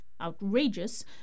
Outrageous